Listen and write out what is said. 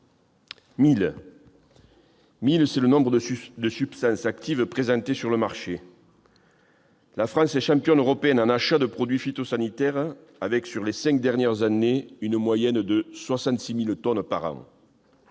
1 000, c'est le nombre de substances actives présentes sur le marché. La France est championne européenne des achats de produits phytosanitaires avec, sur les cinq dernières années, une moyenne de 66 000 tonnes par an.